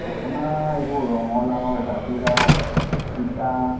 আপোনাৰ এইবোৰ ৰঙালাও জাতিলাও জিকা